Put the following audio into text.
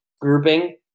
grouping